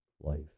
life